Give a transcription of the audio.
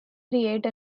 create